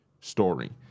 story